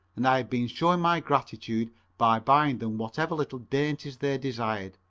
and i had been showing my gratitude by buying them whatever little dainties they desired,